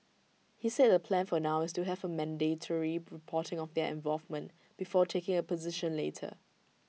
he said the plan for now is to have mandatory reporting of their involvement before taking A position later